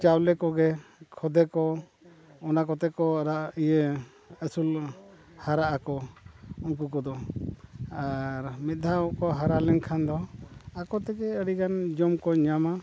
ᱪᱟᱣᱞᱮ ᱠᱚᱜᱮ ᱠᱷᱚᱫᱮ ᱠᱚ ᱚᱱᱟ ᱠᱚᱛᱮ ᱠᱚ ᱦᱟᱨᱟᱜᱼᱟ ᱤᱭᱟᱹ ᱟᱹᱥᱩᱞ ᱦᱟᱨᱟᱜ ᱟᱠᱚ ᱩᱱᱠᱩ ᱠᱚᱫᱚ ᱟᱨ ᱢᱤᱫ ᱫᱷᱟᱣ ᱠᱚ ᱦᱟᱨᱟ ᱞᱮᱱᱠᱷᱟᱱ ᱫᱚ ᱟᱠᱚ ᱛᱮᱜᱮ ᱟᱹᱰᱤ ᱜᱟᱱ ᱡᱚᱢ ᱠᱚ ᱧᱟᱢᱟ